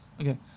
Okay